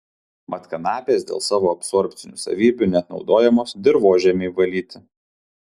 mat kanapės dėl savo absorbcinių savybių net naudojamos dirvožemiui valyti